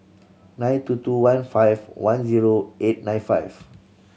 nine two two one five one zero eight nine five